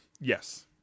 Yes